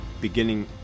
beginning